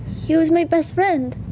he was my best friend.